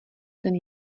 ten